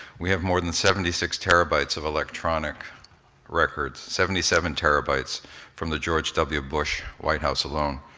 we have more than seventy six terabytes of electronic records, seventy seven terabytes from the george w. bush white house alone.